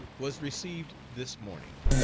was received this morning.